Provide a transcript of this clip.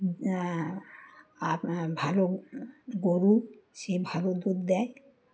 ভালো গরু সে ভালো দুধ দেয়